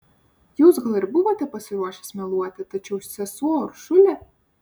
jūs gal ir buvote pasiruošęs meluoti tačiau sesuo uršulė